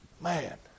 Man